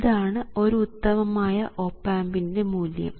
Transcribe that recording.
ഇതാണ് ഒരു ഉത്തമമായ ഓപ് ആമ്പിൻറെ മൂല്യം